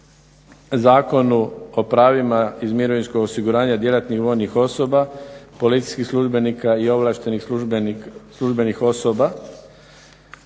Zakon o pravima iz mirovinskog osiguranja djelatnih vojnih osoba, policijskih službenika i ovlaštenih službenih osoba